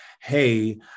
hey